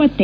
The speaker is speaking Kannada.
ಪತ್ತೆ